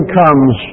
comes